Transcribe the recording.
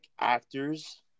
actors